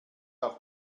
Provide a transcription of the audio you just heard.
auch